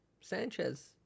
Sanchez